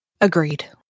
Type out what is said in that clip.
Agreed